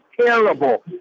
terrible